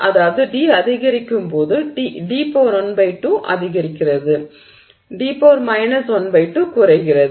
அதாவது d அதிகரிக்கும் போது d12 அதிகரிக்கிறது d 12 குறைகிறது